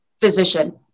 physician